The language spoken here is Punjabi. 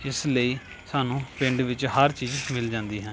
ਇਸ ਲਈ ਸਾਨੂੰ ਪਿੰਡ ਵਿੱਚ ਹਰ ਚੀਜ਼ ਮਿਲ ਜਾਂਦੀ ਹੈ